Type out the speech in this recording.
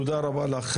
תודה רבה לך,